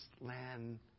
land